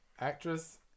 actress